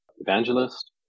evangelist